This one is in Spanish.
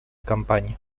campaña